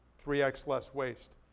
three x less waste.